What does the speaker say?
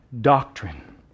doctrine